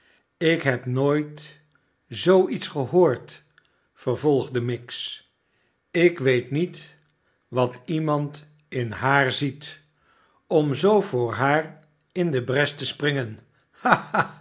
te leggen jlkhebnooit zoo iets gehoord vervolgde miggs ik weet niet wat iemand in haar ziet om zoo voor haar in de bres te springen